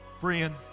Friend